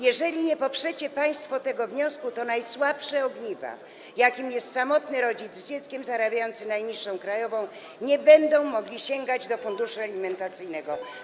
Jeżeli nie poprzecie państwo tego wniosku, to najsłabsze ogniwo, samotny rodzic z dzieckiem zarabiający najniższą krajową nie będzie mógł sięgać do funduszu alimentacyjnego.